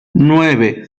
nueve